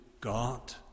God